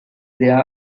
there